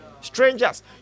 Strangers